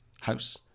house